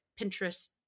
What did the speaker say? Pinterest